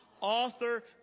author